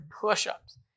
Push-Ups